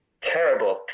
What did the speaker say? terrible